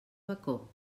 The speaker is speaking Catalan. bacó